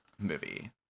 movie